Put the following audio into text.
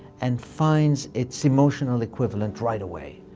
and finds its emotional equivalent right away,